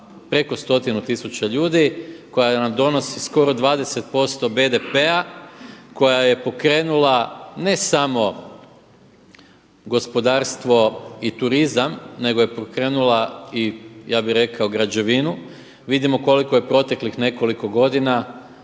preko stotinu tisuća ljudi, koja nam donosi skoro 20% BDP-a, koja je pokrenula ne samo gospodarstvo i turizam nego je pokrenula i ja bi rekao građevinu. Vidimo koliko je proteklih nekoliko godina